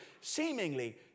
seemingly